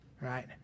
right